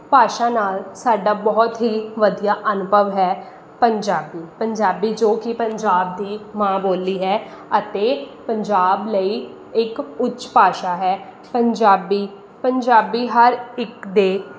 ਭਾਸ਼ਾ ਨਾਲ ਸਾਡਾ ਬਹੁਤ ਹੀ ਵਧੀਆ ਅਨੁਭਵ ਹੈ ਪੰਜਾਬੀ ਪੰਜਾਬੀ ਜੋ ਕਿ ਪੰਜਾਬ ਦੀ ਮਾਂ ਬੋਲੀ ਹੈ ਅਤੇ ਪੰਜਾਬ ਲਈ ਇੱਕ ਉੱਚ ਭਾਸ਼ਾ ਹੈ ਪੰਜਾਬੀ ਪੰਜਾਬੀ ਹਰ ਇੱਕ ਦੇ